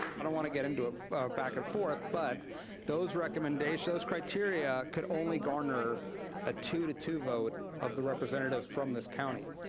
i don't wanna get into a back and forth, but those recommendations, those criteria could only garner a two to two vote of the representatives from this county,